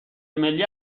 ملی